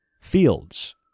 fields